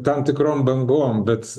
tam tikrom bangom bet